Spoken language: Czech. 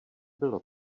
bylo